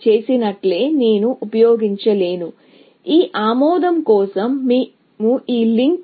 మరియు ఎలా నేను కాన్స్ట్రెయిన్ ప్రోపగేషన్ పూర్తిస్థాయిని కనుగొనాలనుకుంటున్నాను అంటే ఈ టూర్ ఉదాహరణలో నేను 5 కన్నా చిన్న పొడవు గల సైకిల్ కలిగి ఉండలేను